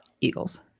Eagles